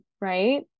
right